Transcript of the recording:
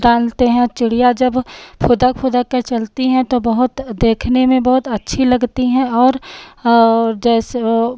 डालते हैं और चिड़िया जब फुदक फुदककर चलती हैं तो बहुत देखने में बहुत अच्छी लगती हैं और और जैसे ओ